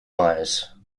meyers